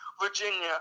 Virginia